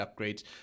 upgrades